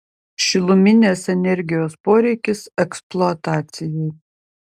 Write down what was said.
šiluminės energijos poreikis eksploatacijai